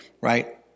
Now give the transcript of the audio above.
right